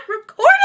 recording